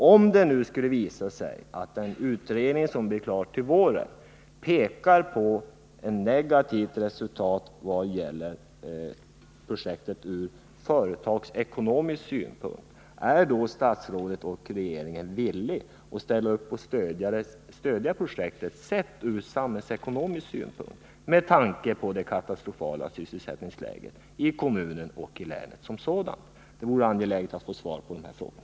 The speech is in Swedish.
Om det nu skulle visa sig att den utredning som blir klar till våren pekar på ett negativt resultat vad gäller projektet ur företagsekonomisk synpunkt, är statsrådet och regeringen då, med tanke på det katastrofala sysselsättningsläget i kommunen och länet, beredda att stödja projektet ur samhällsekonomisk synpunkt? Det vore angeläget att få svar på den här frågan.